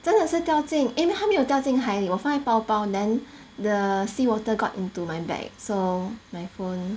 真的是掉进 eh 没有它没有掉进海里我放在包包 then the seawater got into my bag so my phone